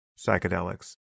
psychedelics